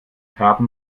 haben